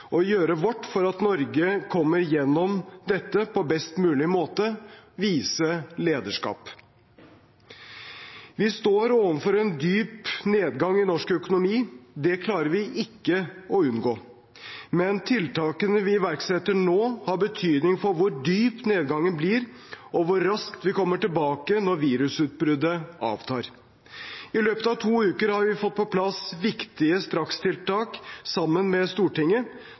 å gjøre vårt for at Norge kommer gjennom dette på best mulig måte, ved å vise lederskap. Vi står overfor en dyp nedgang i norsk økonomi. Det klarer vi ikke å unngå. Men tiltakene vi iverksetter nå, har betydning for hvor dyp nedgangen blir, og hvor raskt vi kommer tilbake når virusutbruddet avtar. I løpet av to uker har vi sammen med Stortinget fått på plass viktige strakstiltak